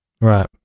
right